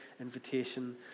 invitation